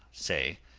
say,